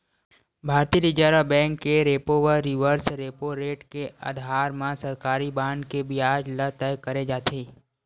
भारतीय reserve bank के repo व रिवर्स रेपो रेट के अधार म सरकारी बांड के बियाज ल तय करे जाथे